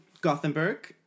Gothenburg